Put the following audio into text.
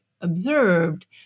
observed